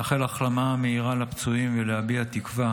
לאחל החלמה מהירה לפצועים ולהביע תקווה